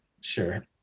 Sure